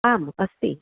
आम् अस्ति